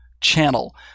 channel